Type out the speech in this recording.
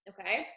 okay